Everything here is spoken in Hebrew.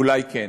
אולי כן.